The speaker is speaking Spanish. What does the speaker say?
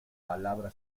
palabra